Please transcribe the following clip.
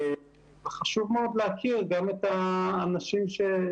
מעבר לזה אנחנו גם נשלב סרטים רלוונטיים,